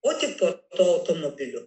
o tik po to automobiliu